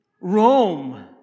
Rome